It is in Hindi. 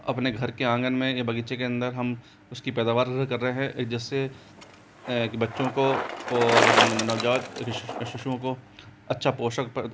अपने घर के आंगन में बगीचे के अंदर हम उसकी पैदावार कर रहे हैं जिस से कि बच्चों को और नवजात शिशुओं को अच्छा पोषक पर्द